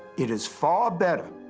it is far better,